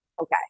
Okay